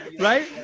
right